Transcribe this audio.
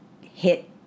hit